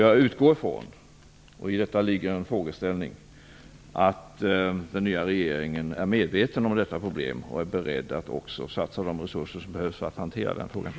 Jag utgår från - och i detta ligger en frågeställning - att den nya regeringen är medveten om detta problem och är beredd att satsa de resurser som behövs för att hantera problemet.